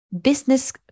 business